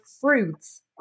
fruits